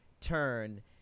turn